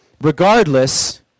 regardless